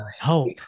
hope